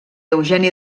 eugeni